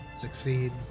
Succeed